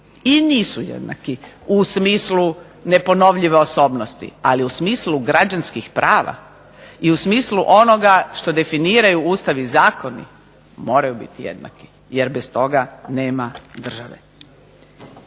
i nisu jednaki u smislu neponovljive osobnosti. Ali u smislu građanskih prava i u smislu onoga što definiraju Ustav i zakoni moraju biti jednaki jer bez toga nema države.